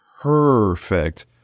perfect